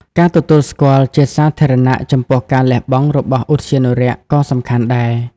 ការទទួលស្គាល់ជាសាធារណៈចំពោះការលះបង់របស់ឧទ្យានុរក្សក៏សំខាន់ដែរ។